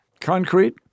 Concrete